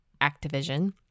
Activision